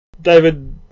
David